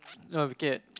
no we can't